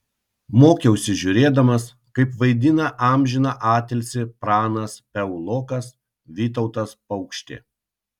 mokiausi žiūrėdamas kaip vaidina amžiną atilsį pranas piaulokas vytautas paukštė